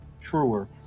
truer